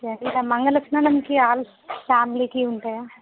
మంగళ స్నానంకి ఆల్ ఫ్యామిలీకి ఉంటాయా